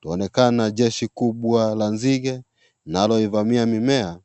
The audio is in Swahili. tunaonekana jeshi kubwa la zinge linalofamia mimea